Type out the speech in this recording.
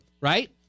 right